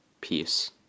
Peace